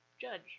judge